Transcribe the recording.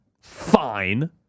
fine